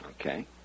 Okay